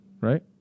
Right